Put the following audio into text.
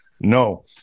No